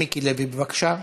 חבר הכנסת מיקי לוי, בבקשה.